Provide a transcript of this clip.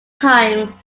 time